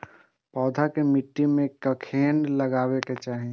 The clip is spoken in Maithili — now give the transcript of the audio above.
पौधा के मिट्टी में कखेन लगबाके चाहि?